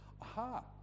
aha